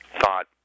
thought